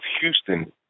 Houston